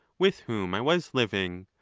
with whom i was living,